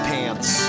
Pants